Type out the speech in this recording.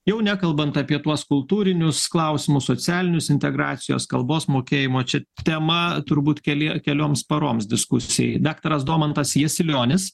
jau nekalbant apie tuos kultūrinius klausimus socialinius integracijos kalbos mokėjimo čia tema turbūt keli kelioms paroms diskusijai daktaras domantas jasilionis